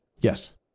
Yes